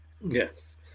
Yes